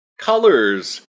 colors